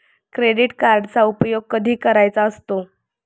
Credit कार्डचा उपयोग कधी करायचा असतो?